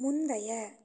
முந்தைய